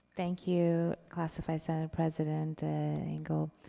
thank you, classified senate president engle.